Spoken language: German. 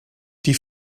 die